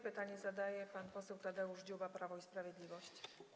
Pytanie zadaje pan poseł Tadeusz Dziuba, Prawo i Sprawiedliwość.